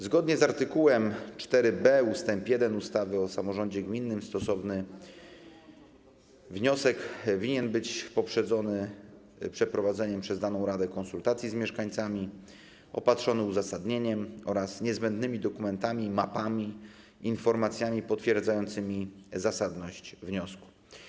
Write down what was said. Zgodnie z art. 4b ust. 1 ustawy o samorządzie gminnym stosowny wniosek winien być poprzedzony przeprowadzeniem przez daną radę konsultacji z mieszkańcami, opatrzony uzasadnieniem oraz niezbędnymi dokumentami, mapami i informacjami potwierdzającymi zasadność wniosku.